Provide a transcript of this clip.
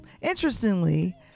Interestingly